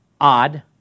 odd